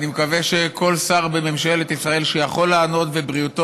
אני מקווה שכל שר בממשלת ישראל שיכול לענות ובריאותו